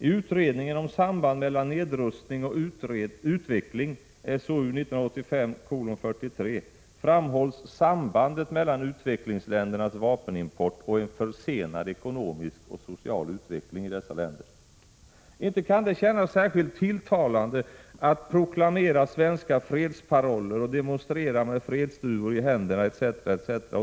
I utredningen om samband mellan nedrustning och utveckling, SOU 1985:43, framhålls sambandet mellan u-ländernas vapenimport och en försenad ekonomisk och social utveckling i dessa länder. Inte kan det kännas särskilt tilltalande att proklamera svenska fredsparoller och demonstrera med fredsduvor i händerna, etc.